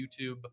YouTube